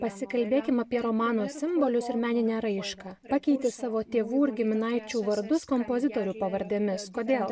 pasikalbėkim apie romano simbolius ir meninę raišką pakeitei savo tėvų ir giminaičių vardus kompozitorių pavardėmis kodėl